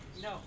No